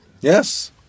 Yes